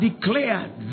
declared